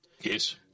yes